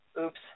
Oops